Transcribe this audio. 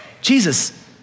Jesus